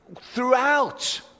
throughout